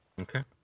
Okay